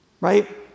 Right